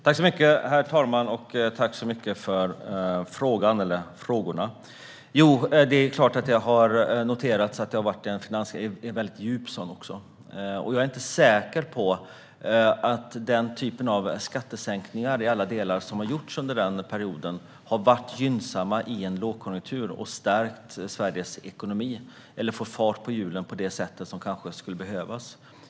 Herr talman! Tack så mycket för frågorna. Det är klart att jag har noterat att det har varit en väldigt djup finanskris. Jag är inte säker på att den typ av skattesänkningar som gjordes under den perioden har varit gynnsamma i en lågkonjunktur och stärkt Sveriges ekonomi eller har fått fart på hjulen på det sätt som kanske skulle ha behövts.